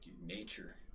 nature